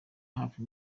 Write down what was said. hafi